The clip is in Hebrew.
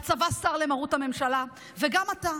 הצבא סר למרות הממשלה, וגם אתה.